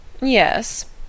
Yes